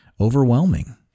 overwhelming